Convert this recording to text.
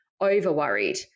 over-worried